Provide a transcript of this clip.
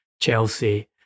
Chelsea